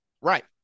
right